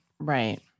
Right